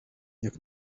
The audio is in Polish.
jak